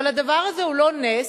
אבל הדבר הזה הוא לא נס,